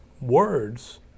words